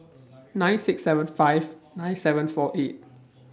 nine six seven five nine seven four eight